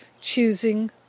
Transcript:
choosing